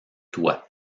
toi